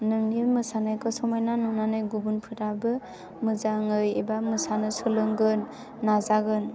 नोंनि मोसानायखौ समायना नुनानै गुबुनफोराबो मोजाङै एबा मोसानो सोलोंगोन नाजागोन